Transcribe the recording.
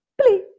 Please